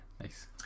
nice